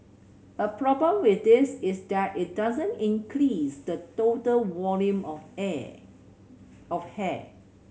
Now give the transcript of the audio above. a problem with this is that it doesn't increase the total volume of of hair